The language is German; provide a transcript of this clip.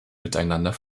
miteinander